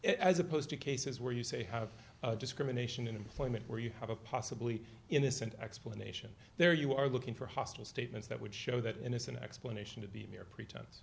as opposed to cases where you say have discrimination in employment where you have a possibly innocent explanation there you are looking for hostile statements that would show that innocent explanation of the mere pretense